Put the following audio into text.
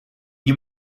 you